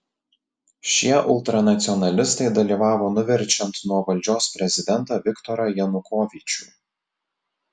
šie ultranacionalistai dalyvavo nuverčiant nuo valdžios prezidentą viktorą janukovyčių